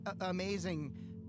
amazing